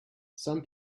some